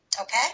Okay